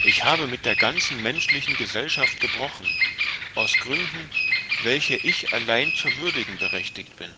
ich habe mit der ganzen menschlichen gesellschaft gebrochen aus gründen welche ich allein zu würdigen berechtigt bin